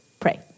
pray